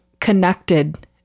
connected